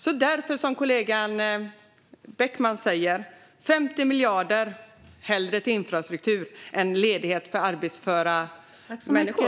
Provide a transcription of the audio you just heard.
Därför ser vi hellre, som kollegan Beckman säger, 50 miljarder till infrastruktur än till ledighet för arbetsföra människor.